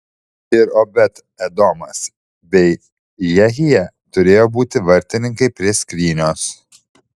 ir obed edomas bei jehija turėjo būti vartininkai prie skrynios